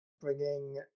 bringing